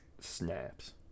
snaps